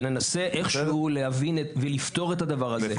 וננסה איכשהו להבין ולפתור את הדבר הזה.